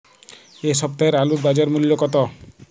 এ সপ্তাহের আলুর বাজার মূল্য কত?